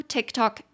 TikTok